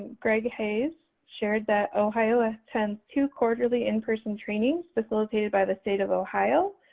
greg hayes shared that ohio attends two quarterly in-person trainings facilitated by the state of ohio,